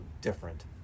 different